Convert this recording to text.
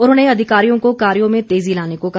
उन्होंने अधिकारियों को कार्यो में तेजी लाने को कहा